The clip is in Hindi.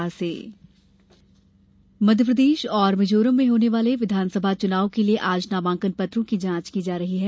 नामांकन जांच मध्यप्रदेश और मिजोरम में होने वाले विधानसभा चुनाव के लिये आज नामांकन पत्रों की जांच की जा रही है